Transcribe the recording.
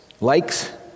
Likes